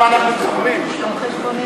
בשם שרת המשפטים.